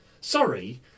Sorry